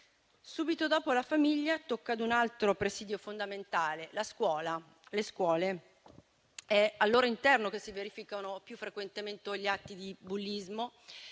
Subito dopo la famiglia tocca ad un altro presidio fondamentale, la scuola, le scuole; è al loro interno che si verificano più frequentemente gli atti di bullismo.